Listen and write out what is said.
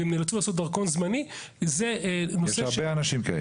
והם נאלצו לעשות דרכון זמני --- יש הרבה אנשים כאלה.